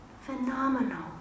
phenomenal